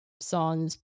songs